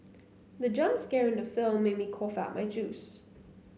the jump scare in the film made me cough out my juice